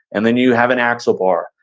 and then you have an axle bar.